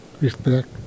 Respect